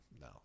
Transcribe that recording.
no